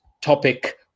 topic